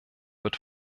wird